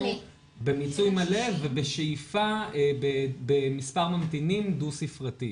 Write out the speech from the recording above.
במיצוי מלא ובשאיפה למספר ממתינים דו ספרתי.